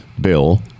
Bill